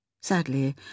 Sadly